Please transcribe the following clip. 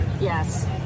Yes